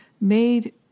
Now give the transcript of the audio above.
made